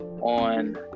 on